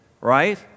right